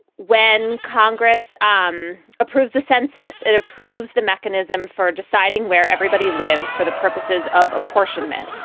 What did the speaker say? when congress um approves the census, it approves the mechanism for deciding where everybody lives for the purposes of apportionment.